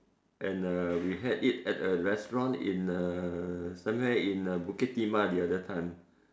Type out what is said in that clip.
and uh we had it at a restaurant in uh somewhere in uh Bukit-Timah the other time